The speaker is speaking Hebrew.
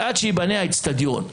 עד שייבנה האצטדיון.